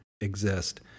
exist